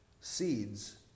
Seeds